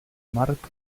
marc